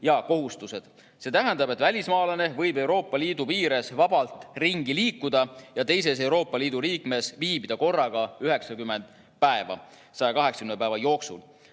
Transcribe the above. See tähendab, et välismaalane võib Euroopa Liidu piires vabalt ringi liikuda ja teises Euroopa Liidu riigis viibida korraga 90 päeva 180 päeva jooksul.